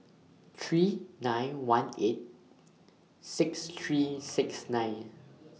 three nine one eight six three six nine